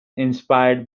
inspired